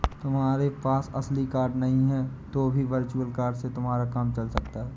तुम्हारे पास असली कार्ड नहीं है तो भी वर्चुअल कार्ड से तुम्हारा काम चल सकता है